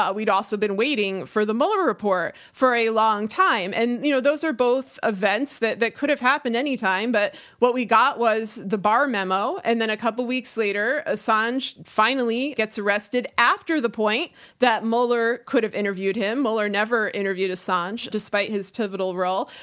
ah we'd also been waiting for the mueller report for a long time and you know, those are both events that that could have happened anytime. but what we got was the barr memo and then a couple of weeks later assange finally gets arrested after the point that mueller could have interviewed him, mueller never interviewed assange despite his pivotal role.